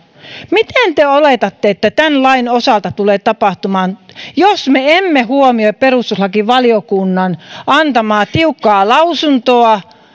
miten te oletatte että tämän lain osalta tulee tapahtumaan jos me emme huomioi perustuslakivaliokunnan antamaa tiukkaa lausuntoa